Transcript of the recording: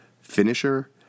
Finisher